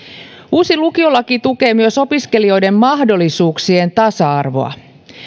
uusi lukiolaki tukee myös opiskelijoiden mahdollisuuksien tasa arvoa